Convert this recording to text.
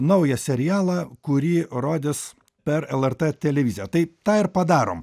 naują serialą kurį rodys per lrt televiziją tai tą ir padarom